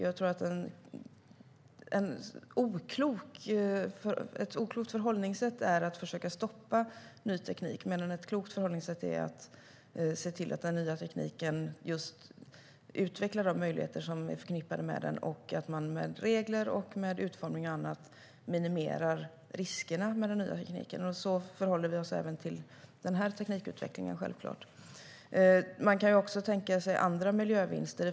Ett oklokt förhållningssätt är att försöka stoppa ny teknik medan ett klokt förhållningssätt är att se till att den nya tekniken just utvecklar de möjligheter som är förknippade med den och att man med regler, utformning och annat minimerar riskerna med den. Så förhåller vi oss även till den här teknikutvecklingen. Man kan också tänka sig andra miljövinster.